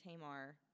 Tamar